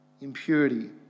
impurity